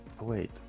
Wait